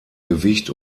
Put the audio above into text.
gewicht